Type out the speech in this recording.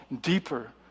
deeper